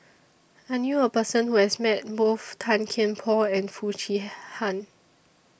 I knew A Person Who has Met Both Tan Kian Por and Foo Chee Han